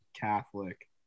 Catholic